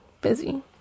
busy